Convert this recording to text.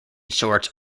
shorts